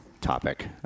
topic